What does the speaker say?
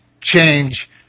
change